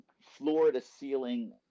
floor-to-ceiling